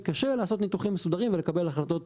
קשה לעשות ניתוחים מסודרים ולקבל החלטות